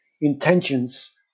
intentions